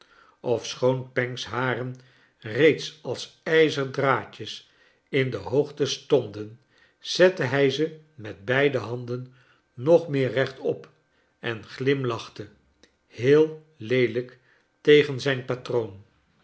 ofschoon panks haren reeds als ijzerdraadjes in de hoogte stonden zette tiij ze met beide handen nog meer rechtop en glimlachte heel leelijk tegen zijn patroon